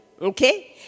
okay